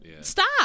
stop